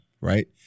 Right